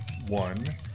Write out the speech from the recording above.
One